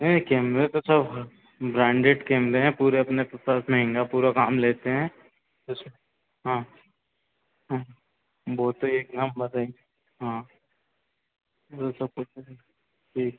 ये कैमरे तो सब ब्रांडेड कैमरे हैं पूरे अपने पास महँगा पूरा काम लेते हैं हाँ हाँ वो तो एकदम हाँ ऐसा कुछ नहीं ठीक